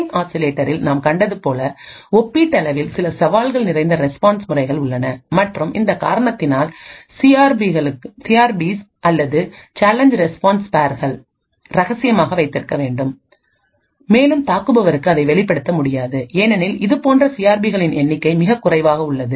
ring ஆசிலேட்டரில் நாம் கண்டது போல ஒப்பீட்டளவில் சில சவால் நிறைந்த ரெஸ்பான்ஸ் முறைகள் உள்ளனமற்றும் இந்த காரணத்தினால் சிஆர்பிக்கள் அல்லது சேலஞ்ச் ரெஸ்பான்ஸ் பேர்ஸ்களை ரகசியமாக வைத்திருக்க வேண்டும் மேலும் தாக்குபவருக்கு அதை வெளிப்படுத்த முடியாது ஏனெனில் இதுபோன்ற சிஆர்பிகளின் எண்ணிக்கை மிகக்குறைவாகவே உள்ளது